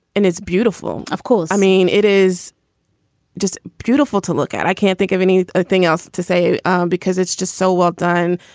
and it's beautiful. of course. i mean, it is just beautiful to look at. i can't think of any ah thing else to say because it's just so well done.